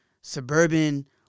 suburban